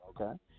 okay